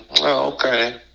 okay